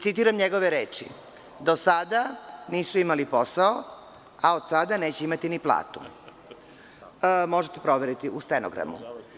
Citiram njegove reči – do sada nisu imali posao, a od sada neće imati ni platu, možete proveriti u stenogramu.